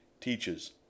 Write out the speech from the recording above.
teaches